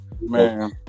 man